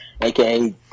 AKA